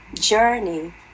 journey